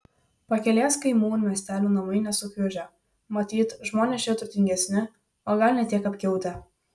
pakelės kaimų ir miestelių namai nesukiužę matyt žmonės čia turtingesni o gal ne tiek apkiautę